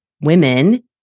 women